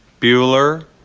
bueller.